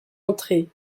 entrée